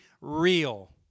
real